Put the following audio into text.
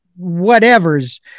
whatevers